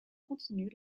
continu